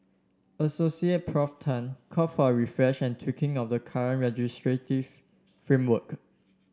Assoc Prof Tan for a refresh and tweaking of the current legislative framework